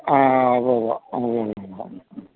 ആ ഊവ്വുവ്വ് ആ ഊവ്വുവ്വുവ്വ്